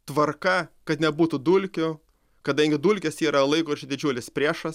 tvarka kad nebūtų dulkių kadangi dulkės yra laikrodžių didžiulis priešas